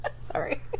Sorry